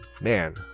man